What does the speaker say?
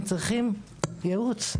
הם צריכים ייעוץ,